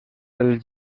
els